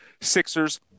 Sixers